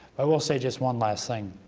i will say just one last thing.